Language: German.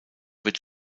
wird